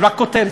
לא, רק כותרת.